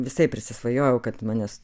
visaip prisisvajojau kad manęs